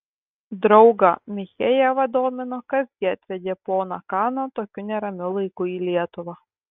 draugą michejevą domino kas gi atvedė poną kaną tokiu neramiu laiku į lietuvą